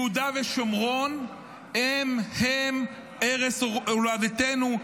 יהודה ושומרון הם-הם ערש הולדתנו,